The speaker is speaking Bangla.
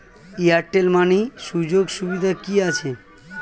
এয়ারটেল মানি সুযোগ সুবিধা কি আছে?